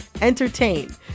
entertain